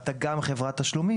ואתה גם חברת תשלומים,